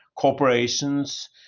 Corporations